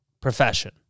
profession